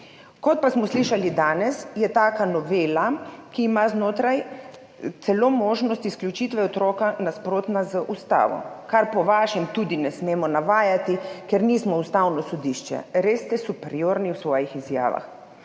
Kot pa smo slišali danes, je taka novela, ki ima znotraj celo možnost izključitve otroka, nasprotna z ustavo, česar po vašem tudi ne smemo navajati, ker nismo Ustavno sodišče. Res ste superiorni v svojih izjavah.